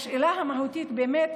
השאלה המהותית באמת: